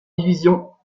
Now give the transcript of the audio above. divisions